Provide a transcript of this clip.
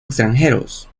extranjeros